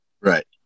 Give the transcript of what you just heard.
right